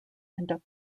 conduct